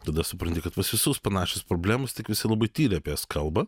tada supranti kad pas visus panašios problemos tik visi labai tyliai apie jas kalba